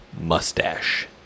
Mustache